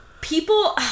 people